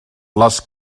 les